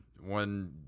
one